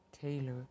Taylor